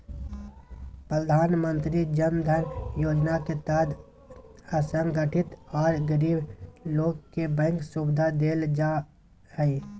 प्रधानमंत्री जन धन योजना के तहत असंगठित आर गरीब लोग के बैंक सुविधा देल जा हई